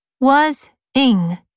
was-ing